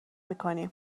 میکنیم